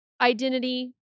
identity